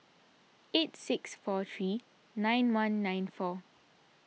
eight six four three nine one nine four